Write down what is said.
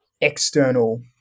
external